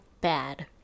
bad